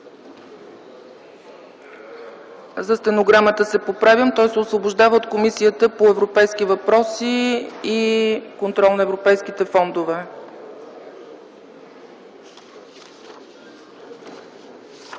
За стенограмата се поправям – той се освобождава от Комисията по европейските въпроси и контрол на европейските фондове.